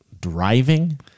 driving